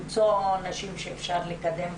למצוא נשים שאפשר לקדם,